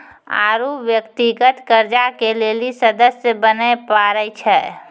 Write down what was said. आरु व्यक्तिगत कर्जा के लेली सदस्य बने परै छै